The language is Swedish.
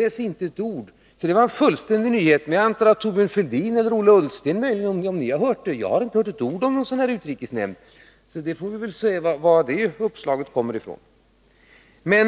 Själv har jag alltså inte hört ett enda ord om att det tidigare skulle ha kallats till ett sammanträde i utrikesnämnden, men det är möjligt att Thorbjörn Fälldin eller Ola Ullsten känner till saken. Det vore intressant att få veta hur det ligger